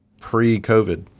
pre-COVID